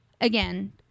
Again